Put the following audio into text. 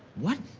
what?